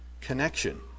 connection